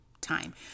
time